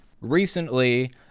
recently